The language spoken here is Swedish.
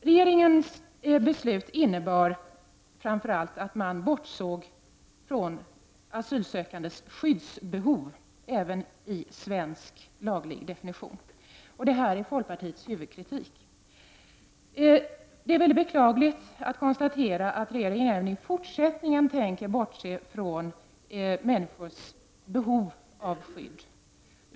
Regeringens beslut innebar framför allt att man bortsåg från asylsökandes skyddsbehov såsom det definieras i svensk lag. Detta är folkpartiets huvudkritik mot beslutet. Det är mycket beklagligt att behöva konstatera att regeringen även i fortsättningen tänker bortse från människors behov av skydd.